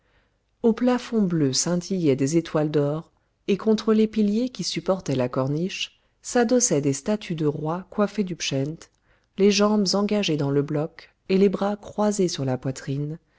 au plafond bleu scintillaient des étoiles d'or et contre les piliers qui supportaient la corniche s'adossaient des statues de rois coiffés du pschent les jambes engagées dans le bloc et les bras croisés sur la poitrine